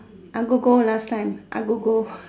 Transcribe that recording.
agogo last time agogo